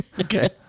Okay